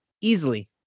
easily